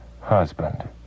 husband